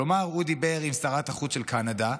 כלומר, הוא דיבר עם שרת החוץ של קנדה,